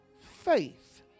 Faith